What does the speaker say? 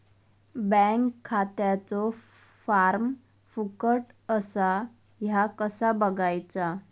Bank खात्याचो form फुकट असा ह्या कसा बगायचा?